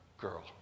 girl